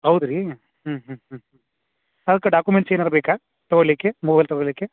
ಹೌದ್ ರೀ ಹ್ಞೂ ಹ್ಞೂ ಹ್ಞೂ ಹ್ಞೂ ಅದ್ಕೆ ಡಾಕುಮೆಂಟ್ಸ್ ಏನಾರೂ ಬೇಕಾ ತಗೊಳಿಕೆ ಮೊಬೈಲ್ ತಗೊಳಿಕೆ